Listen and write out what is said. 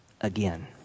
again